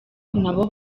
nabo